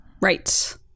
Right